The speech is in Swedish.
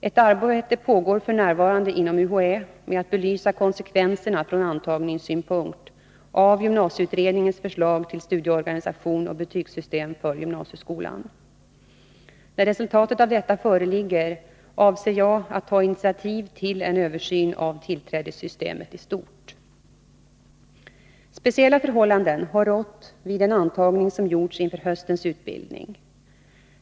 Ett arbete pågår f. n. inom UHÄ med att belysa konsekvenserna från antagningssynpunkt av gymnasieutredningens förslag till studieorganisation och betygssystem för gymnasieskolan. När resultatet av detta föreligger avser jag att ta initiativ till en översyn av tillträdessystemet i stort. Speciella förhållanden har rått vid den antagning som gjorts inför höstens utbildning.